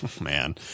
Man